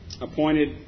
appointed